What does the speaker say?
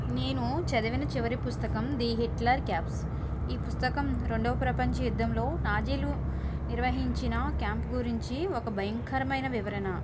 నేను చదివిన చివరి పుస్తకం ది హిట్లర్ క్యాప్స్ ఈ పుస్తకం రెండో ప్రపంచ యుద్ధంలో నాజీలు నిర్వహించిన క్యాంపు గురించి ఒక భయంకరమైన వివరణ